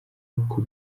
uku